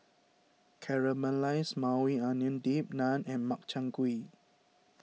Caramelized Maui Onion Dip Naan and Makchang Gui